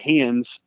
hands